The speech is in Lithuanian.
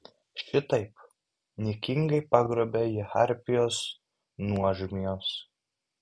šitaip niekingai pagrobė jį harpijos nuožmios